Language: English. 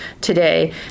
today